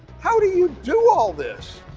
how do you do all this?